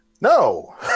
No